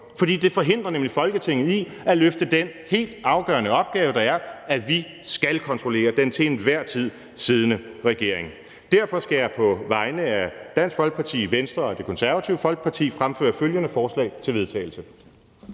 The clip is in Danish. for det forhindrer Folketinget i at løfte den helt afgørende opgave, der er i, at vi skal kontrollere den til enhver tid siddende regering. Derfor skal jeg på vegne af Dansk Folkeparti, Venstre og Det Konservative Folkeparti fremføre følgende: Forslag til vedtagelse